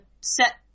set